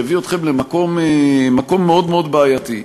שהביא אתכם למקום מאוד מאוד בעייתי,